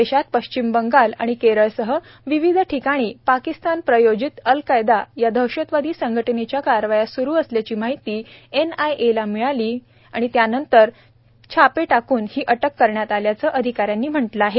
देशात पश्चिम बंगाल आणि केरळसह विविध ठिकाणी पाकिस्तान प्रायोजित अलकैदा या दहशतवादी संघटनेच्या कारवाया स्रू असल्याची माहिती एनआयएला मिळाली होती त्यान्सार छापे टाकून ही अटक करण्यात आल्याचं अधिकाऱ्यांनी म्हटलं आहे